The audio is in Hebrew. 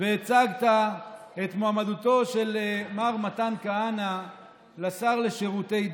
הצגת את מועמדותו של מר מתן כהנא לשר לשירותי דת.